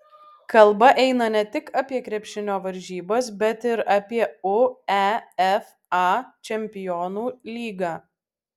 kalba eina ne tik apie krepšinio varžybas bet ir apie uefa čempionų lygą